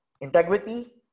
integrity